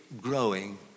growing